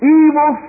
evil